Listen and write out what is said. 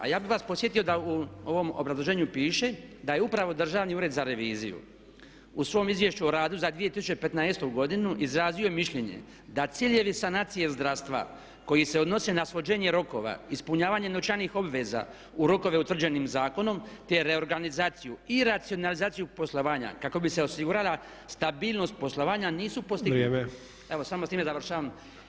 A ja bih vas podsjetio da u ovom obrazloženju piše da je upravo Državni ured za reviziju u svom Izvješću o radu za 2015. godinu izrazio mišljenje da ciljevi sanacije zdravstva koji se odnose na svođenje rokova, ispunjavanje novčanih obveza u rokove utvrđene zakonom te reorganizaciju i racionalizaciju poslovanja kako bi se osigurala stabilnost poslovanja nisu postignuti [[Upadica Sanader: Vrijeme.]] Evo samo s time završavam.